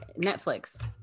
Netflix